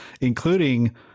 Including